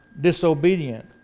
disobedient